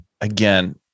again